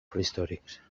prehistòrics